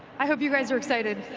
i hope you guys are excited.